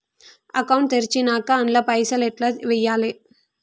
Account తెరిచినాక అండ్ల పైసల్ ఎట్ల వేయాలే?